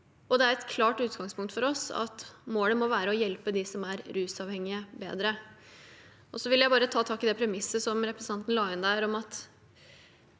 Det er et klart utgangspunkt for oss at målet må være å hjelpe dem som er rusavhengige, bedre. Så vil jeg bare ta tak i det premisset representanten la inn, om at